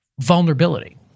vulnerability